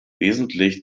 wesentlich